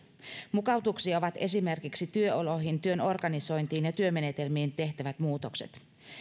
mukautuksia ovat esimerkiksi työoloihin työn organisointiin ja työmenetelmiin tehtävät muutokset